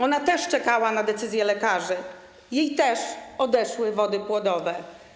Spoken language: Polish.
Ona też czekała na decyzję lekarzy, jej też odeszły wody płodowe.